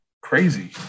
crazy